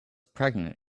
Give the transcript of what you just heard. pregnant